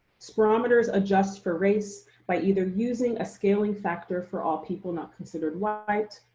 spirometers adjust for race by either using a scaling factor for all people not considered white,